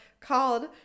called